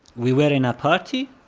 we were in a party,